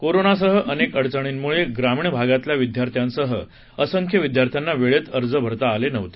कोरोनासह अनेक अडचणींमुळे ग्रामीण भागातल्या विद्यार्थ्यांसह असंख्य विद्यार्थ्यांना वेळेत अर्ज भरता आले नव्हते